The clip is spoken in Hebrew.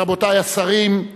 רבותי השרים,